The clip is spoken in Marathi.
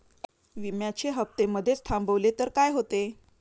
विम्याचे हफ्ते मधेच थांबवले तर काय होते?